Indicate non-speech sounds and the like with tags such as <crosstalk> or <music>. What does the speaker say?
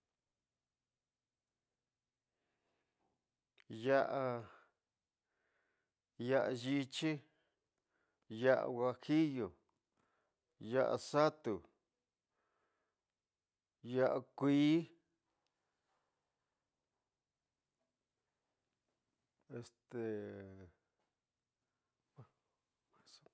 Ya'a, ya'a, yityí, yasa wajillo, yasa xata, ya'a kuí <hesitation>